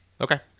Okay